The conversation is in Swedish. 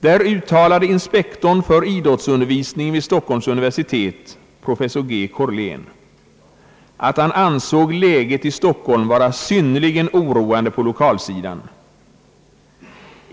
Där uttalade inspektorn för idrottsundervisningen vid Stockholms universitet, professor G. Korlén, att han anser läget i Stockholm vara synnerligen oroande på lokalsidan.